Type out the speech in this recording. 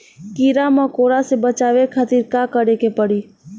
कीड़ा मकोड़ा से बचावे खातिर का करे के पड़ी?